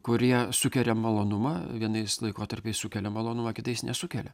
kurie sukelia malonumą vienais laikotarpiais sukelia malonumą kitais nesukelia